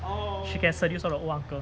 she can seduce all the old uncle